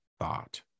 thought